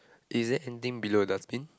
is there anything below the dustbin